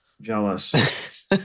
Jealous